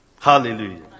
Hallelujah